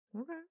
Okay